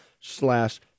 slash